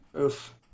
Oof